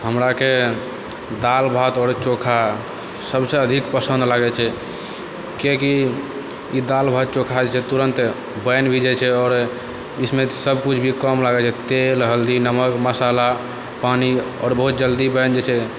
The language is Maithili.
हमराके दाल भात आओर चोखा सबसँ अधिक पसन्द लागै छै कियाकि ई दाल भात चोखा जे छै तुरन्त बनि भी जाइ छै आओर इसमे सबकुछ भी कम लागै छै तेल हल्दी नमक मसाला पानी आओर बहुत जल्दी बनि जाइ छै